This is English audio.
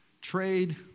Trade